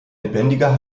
lebendiger